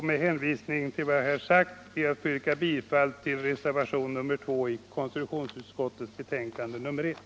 Med hänvisning till vad jag här sagt ber jag att få yrka bifall till reservationen 2 i konstitutionsutskottets betänkande nr1.